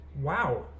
Wow